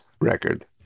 record